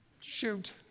shoot